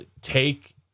take